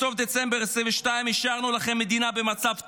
בסוף דצמבר 2022 השארנו לכם מדינה במצב טוב,